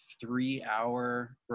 three-hour